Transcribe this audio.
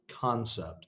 concept